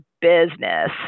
business